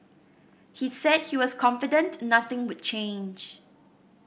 he said he was confident nothing would change